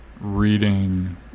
reading